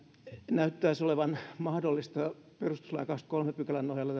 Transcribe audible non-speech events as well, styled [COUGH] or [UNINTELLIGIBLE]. näyttäisi olevan mahdollista perustuslain kahdennenkymmenennenkolmannen pykälän nojalla [UNINTELLIGIBLE]